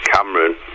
Cameron